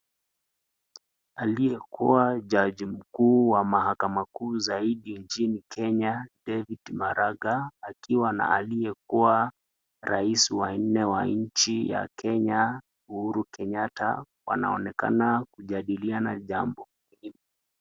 Aliyekua jaji mkuu wa mahakama kuu zaidi nchini Kenya David Maraga akiwa na aliyekua rais wa nne wa nchi ya Kenya, Uhuru Kenyatta. Wanaonekana wakijadiliana jambo muhimu.